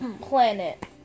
planet